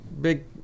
big